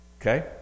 Okay